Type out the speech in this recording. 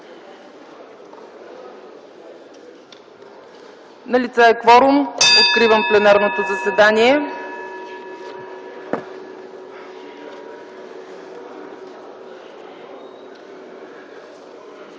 Налице е кворум. Откривам пленарното заседание.